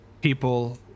people